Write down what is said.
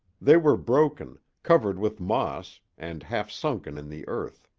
they were broken, covered with moss and half sunken in the earth.